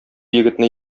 егетне